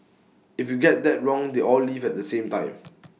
if you get that wrong they all leave at the same time